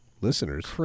listeners